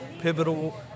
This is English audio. pivotal